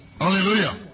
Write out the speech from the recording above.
Hallelujah